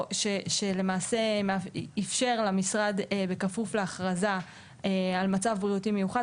שלמעשה אפשר למשרד בכפוף להכרזה על מצב בריאותי מיוחד,